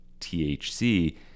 THC